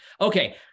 okay